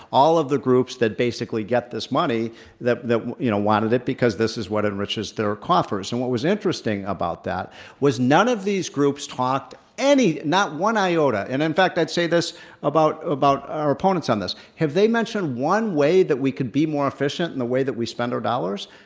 all of the group s that basically get this money that that you know wanted it because this is what enriches their coffers. and what was interesting about that was none of these groups talked any not one iota and in fact, i'd say this about about our opponents on this have they mentioned one way that we could be more efficient in the way that we spend our dollars?